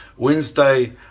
Wednesday